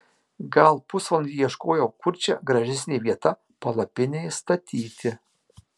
gal pusvalandį ieškojau kur čia gražesnė vieta palapinei statyti